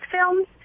films